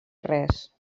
res